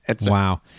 Wow